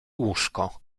łóżko